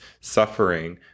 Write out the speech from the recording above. suffering